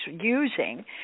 using